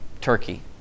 Turkey